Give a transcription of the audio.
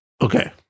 Okay